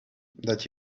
that